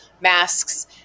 masks